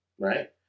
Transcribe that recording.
right